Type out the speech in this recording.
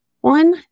one